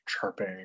chirping